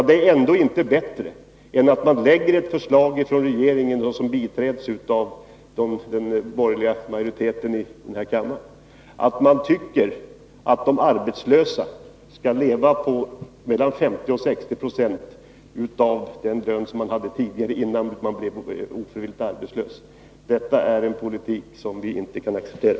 Det är ändå inte bättre än att regeringen framlägger ett förslag, som biträds av den borgerliga majoriteten i kammaren, att de arbetslösa skall leva på mellan 50 och 60 96 av den lön de hade innan de blev ofrivilligt arbetslösa! Det är en politik som vi inte kan acceptera.